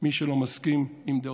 מי שלא מסכים עם דעותיך.